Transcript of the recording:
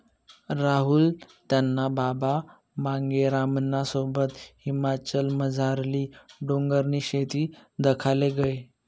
राहुल त्याना बाबा मांगेरामना सोबत हिमाचलमझारली डोंगरनी शेती दखाले गया